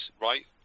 right